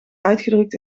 uitgedrukt